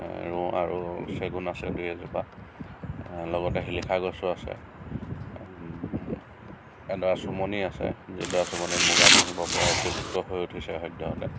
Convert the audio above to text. আৰু চেগুণ আছে দুই এজোপা লগতে শিলিখা গছো আছে এডৰা চোমনি আছে যিডৰা চোমনিত মুগা পুহিব পৰা উপযুক্ত হৈ উঠিছে সদ্যহতে